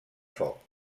foc